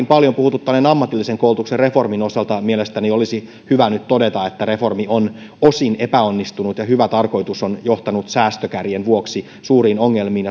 paljon puhuttaneen ammatillisen koulutuksen reformin osalta mielestäni olisi hyvä nyt todeta että reformi on osin epäonnistunut ja hyvä tarkoitus on johtanut säästökärjen vuoksi suuriin ongelmiin